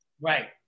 Right